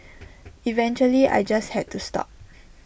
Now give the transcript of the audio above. eventually I just had to stop